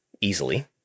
easily